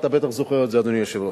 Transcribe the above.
אתה בטח זוכר את זה, אדוני היושב-ראש.